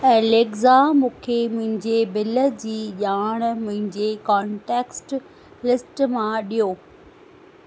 Alexa मूंखे मुंहिंजे bill जी ॼाण मुंहिंजे कॉन्टेक्ट्स लिस्ट मां ॾियो